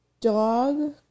dog